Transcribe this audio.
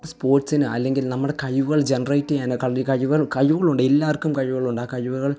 സ്പോട്ട്സിന് അല്ലെങ്കില് നമ്മുടെ കഴിവുകൾ ജനറേറ്റ് ചെയ്യാൻ കളി കഴിവുകളും കഴിവുകൾ ഉണ്ട് എല്ലാവര്ക്കും കഴിവുകൾ ഉണ്ട് ആ കഴിവുകള്